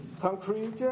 Concrete